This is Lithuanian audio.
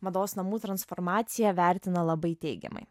mados namų transformaciją vertina labai teigiamai